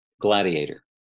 gladiator